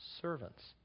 servants